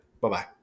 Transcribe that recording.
Bye-bye